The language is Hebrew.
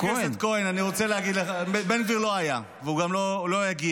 חבר הכנסת כהן, בן גביר לא היה והוא גם לא יגיע,